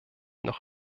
noch